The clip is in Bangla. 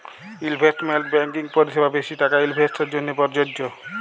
ইলভেস্টমেল্ট ব্যাংকিং পরিসেবা বেশি টাকা ইলভেস্টের জ্যনহে পরযজ্য